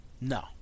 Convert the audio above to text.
No